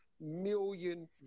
million